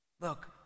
Look